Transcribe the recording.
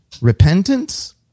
repentance